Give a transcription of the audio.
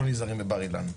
לא נזהרים בבר אילן.